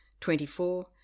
Twenty-four